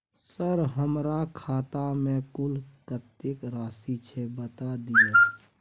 Sir हमरा खाता में कुल कत्ते राशि छै बता दिय?